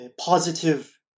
positive